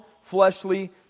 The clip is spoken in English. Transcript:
fleshly